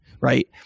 right